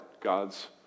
God's